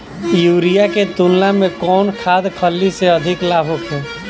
Urea के तुलना में कौन खाध खल्ली से अधिक लाभ होखे?